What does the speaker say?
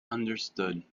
understood